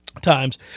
times